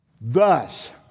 thus